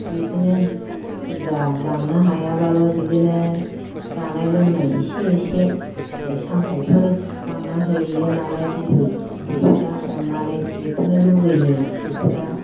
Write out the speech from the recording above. बिदिनो बुरजा लांनो हायाबाबो बिदिनो जानाय लोंनाय इसे इसे फिथाइ सामथाइफोर लांना हैयो नालाय बिबै बिबौफ्रा अननानै बेखौनो लुगैयो फिसौफ्रा